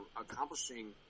accomplishing